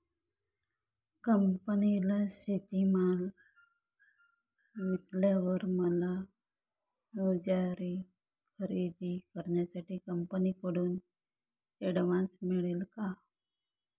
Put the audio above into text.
कंपनीला शेतीमाल विकल्यावर मला औजारे खरेदी करण्यासाठी कंपनीकडून ऍडव्हान्स मिळेल का?